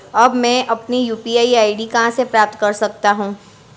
अब मैं अपनी यू.पी.आई आई.डी कहां से प्राप्त कर सकता हूं?